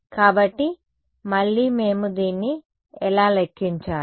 కాబట్టి మళ్ళీ మేము దీన్ని ఎలా లెక్కించాలి